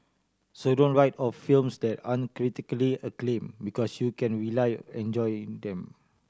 so don't write off films that aren't critically acclaimed because you can rely enjoying them